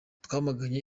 twamaganye